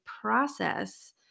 process